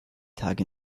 tage